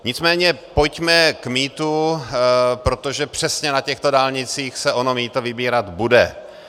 Nicméně pojďme k mýtu, protože přesně na těchto dálnicích se ono mýto vybírat bude.